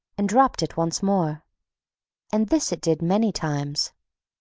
and dropped it once more and this it did many times.